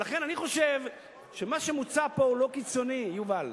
ולכן, אני חושב שמה שמוצע פה הוא לא קיצוני, יובל.